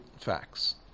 facts